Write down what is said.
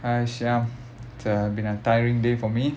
hi syah it's uh been a tiring day for me